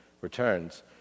returns